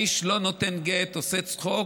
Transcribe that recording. האיש לא נותן גט, עושה צחוק,